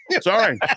sorry